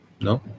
no